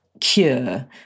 Cure